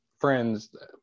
friends